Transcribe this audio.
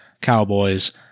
Cowboys